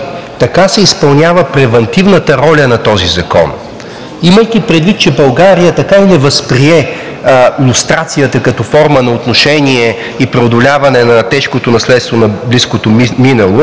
така се изпълнява превантивната роля на този закон. Имайки предвид, че България така и не възприе лустрацията като форма на отношение и преодоляване на тежкото наследство на близкото минало,